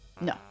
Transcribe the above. No